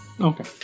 Okay